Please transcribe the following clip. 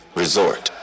resort